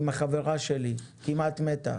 היא כמעט מתה.